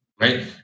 right